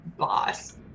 Boss